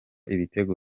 ibitego